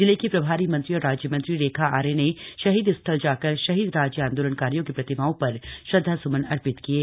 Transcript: जिले की प्रभारी मंत्री और राज्यमंत्री रेखा आर्या ने शहीद स्थल जाकर शहीद राज्य आंदोलनकारियों की प्रतिमाओं पर श्रद्धास्मन अर्पित किये